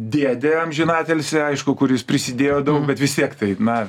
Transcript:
dėdė amžinatilsį aišku kuris prisidėjo daug bet vis tiek tai na